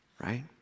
right